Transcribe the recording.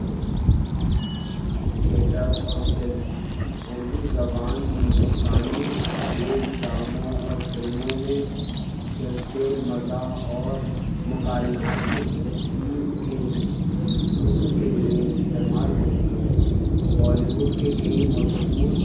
theatre اور film Urdu زبان Hindustani stage ڈراموں اور فلموں میں جذبے مزا اور مقالماتی حسین کے لیے حسن کے لیے استعمال ہوتی ہے بالی ووڈ کے کئی مشہور